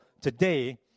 today